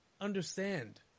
understand